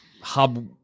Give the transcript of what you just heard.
hub